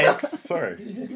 Sorry